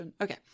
Okay